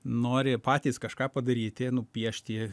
nori patys kažką padaryti nupiešti